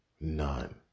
none